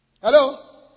Hello